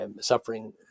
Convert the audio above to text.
suffering